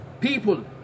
people